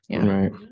Right